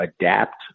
adapt